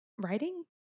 writing